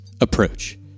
approach